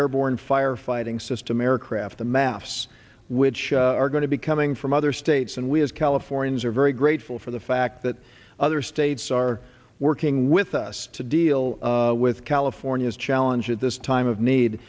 airborne firefighting system aircraft the mass which are going to be coming from other states and we as californians are very grateful for the fact that other states are working with us to deal with california's challenge at this time of need